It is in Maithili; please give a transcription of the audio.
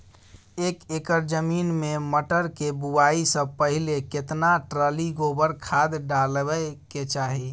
एक एकर जमीन में मटर के बुआई स पहिले केतना ट्रॉली गोबर खाद डालबै के चाही?